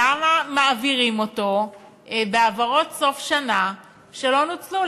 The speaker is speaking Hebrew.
למה מעבירים אותו בהעברות סוף-שנה שלא נוצלו?